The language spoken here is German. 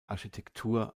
architektur